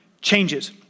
changes